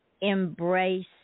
embrace